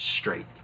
straight